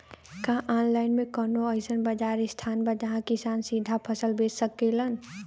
का आनलाइन मे कौनो अइसन बाजार स्थान बा जहाँ किसान सीधा फसल बेच सकेलन?